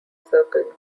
circle